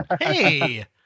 Hey